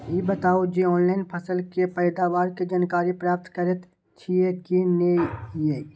ई बताउ जे ऑनलाइन फसल के पैदावार के जानकारी प्राप्त करेत छिए की नेय?